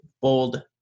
bold